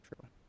True